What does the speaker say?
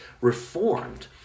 reformed